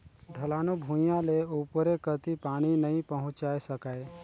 ढलानू भुइयां ले उपरे कति पानी नइ पहुचाये सकाय